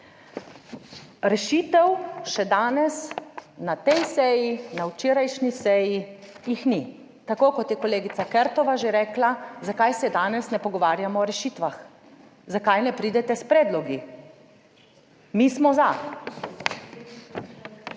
Rešitev še danes na tej seji, na včerajšnji seji jih ni. Tako kot je kolegica Kertova že rekla, zakaj se danes ne pogovarjamo o rešitvah, zakaj ne pridete s predlogi? Mi smo za.